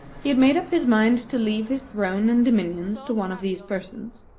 he had made up his mind to leave his throne and dominions to one of these persons,